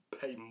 pay